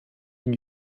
dem